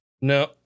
No